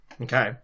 Okay